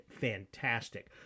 fantastic